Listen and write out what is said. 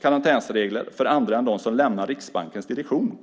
karantänsregler för andra än de som lämnar riksbankens direktion.